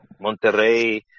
Monterrey